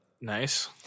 Nice